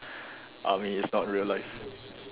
army is not real life